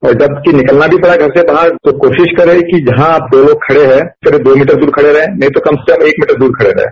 और जब कि निकलना भी पड़ा घर से बाहर तो कोशिश करें कि जहां दो लोग खड़े हैं करीब दो मीटर दूर खड़े रहें नहीं तो कम से कम एक मीटर दूर खड़े रहें